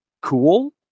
cool